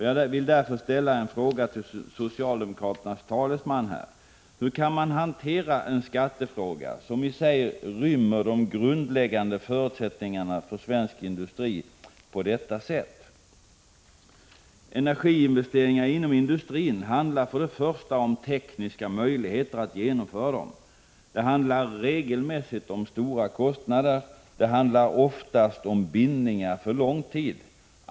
Jag vill därför ställa en fråga till socialdemokraternas talesman här: Hur kan man hantera en skattefråga som i sig rymmer de grundläggande förutsättningarna för svensk industri på detta sätt? Beträffande energiinvesteringar inom industrin gäller det att först och främst ha tekniska möjligheter att genomföra sådana. I regel rör det sig om stora kostnader, och oftast handlar det om bindningar för lång tid.